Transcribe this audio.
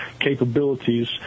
capabilities